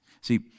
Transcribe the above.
See